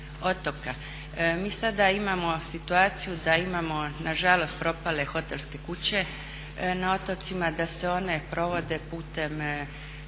otoka. Mi sada imamo situaciju da imamo nažalost propale hotelske kuće na otocima, da se one provode putem